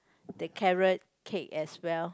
the carrot cake as well